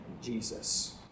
Jesus